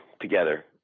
together